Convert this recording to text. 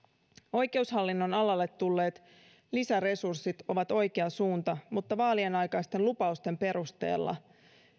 oikeushallinnon alalle tulleet lisäresurssit ovat oikea suunta mutta vaalien aikaisten lupausten perusteella